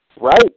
right